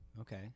Okay